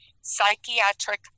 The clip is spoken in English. psychiatric